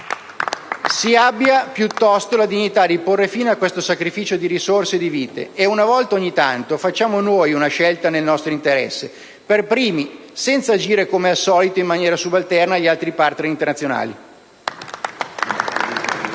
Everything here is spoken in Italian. Si abbia piuttosto la dignità di porre fine a questo sacrificio di risorse e di vite. Una volta ogni tanto, facciamo noi una scelta nel nostro interesse, per primi, senza agire, come al solito, in maniera subalterna agli altri *partner* internazionali.